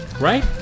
Right